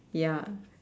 ya